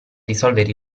risolvere